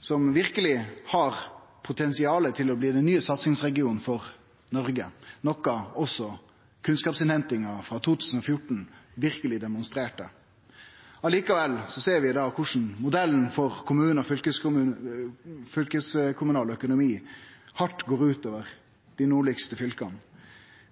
som verkeleg har potensial til å bli den nye satsingsregionen for Noreg, noko også kunnskapsinnhentinga frå 2014 verkeleg demonstrerte. Likevel ser vi i dag korleis modellen for kommunal og fylkeskommunal økonomi går hardt ut over dei nordlegaste fylka.